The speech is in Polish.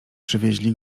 przywieźli